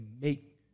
make